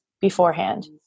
beforehand